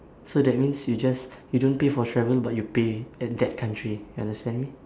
so that means you just you don't pay for travelling but you pay at that country you understand me